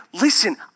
listen